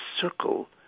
circle